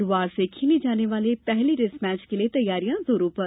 गुरूवार से खेले जाने वाले पहले टेस्ट मैच के लिये तैयारियां जोरों पर